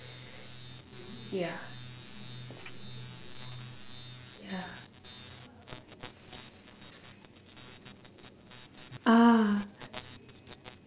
yeah yeah ah